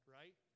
right